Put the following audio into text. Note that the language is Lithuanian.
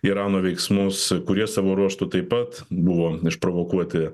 irano veiksmus kurie savo ruožtu taip pat buvo išprovokuoti